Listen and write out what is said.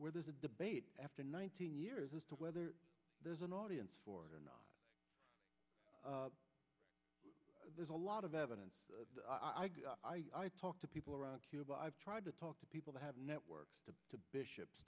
where there's a debate after nineteen years as to whether there's an audience for it or not there's a lot of evidence i've talked to people around i've tried to talk to people who have networks to bishops